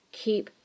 keep